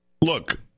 look